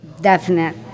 definite